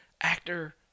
actor